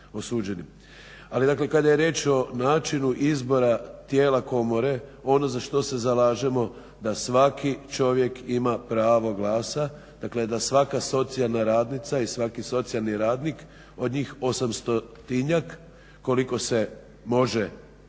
Ali, dakle kada je riječ o načinu izbora tijela komore ono za što se zalažemo da svaki čovjek ima pravo glasa, dakle da svaka socijalna radnica i svaki socijalni radnik od njih 800-tinjak koliko se može s